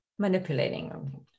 Manipulating